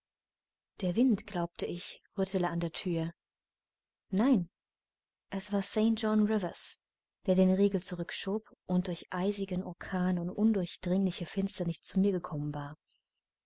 der wind glaubte ich rüttele an der thür nein es war st john rivers der den riegel zurückschob und durch eisigen orkan und undurchdringliche finsternis zu mir gekommen war